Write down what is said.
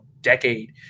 decade